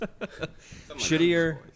Shittier